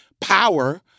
power